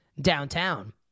Downtown